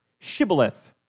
shibboleth